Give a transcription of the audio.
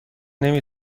نمی